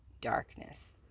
darkness